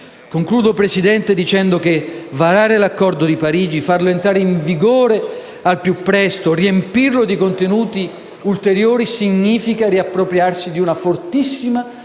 Signor Presidente, varare l'Accordo di Parigi, farlo entrare in vigore al più presto, riempirlo di contenuti ulteriori significa riappropriarsi di una fortissima volontà